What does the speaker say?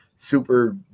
super